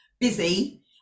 busy